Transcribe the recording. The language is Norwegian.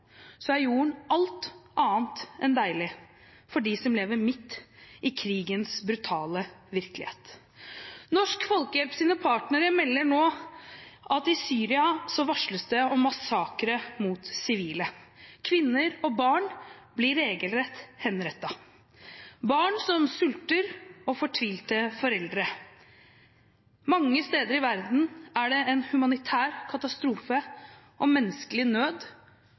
er jorden alt annet enn deilig for dem som lever midt i krigens brutale virkelighet. Norsk Folkehjelps partnere melder nå at i Syria varsles det om massakre mot sivile – kvinner og barn blir regelrett henrettet – om barn som sulter, og fortvilte foreldre. Mange steder i verden er det en humanitær katastrofe og menneskelig nød